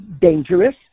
dangerous